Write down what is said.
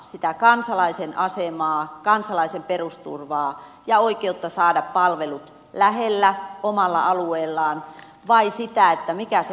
sitä kansalaisen asemaa kansalaisen perusturvaa ja oikeutta saada palvelut lähellä omalla alueellaan vai sitä mikä se hallintorakenne on